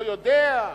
לא יודע.